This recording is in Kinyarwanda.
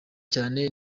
cyane